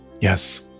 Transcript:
Yes